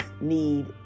need